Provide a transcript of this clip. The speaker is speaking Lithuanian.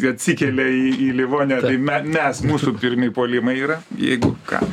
atsikelia į į livoniją tai me mes mūsų pirmi puolimai yra jeigu ką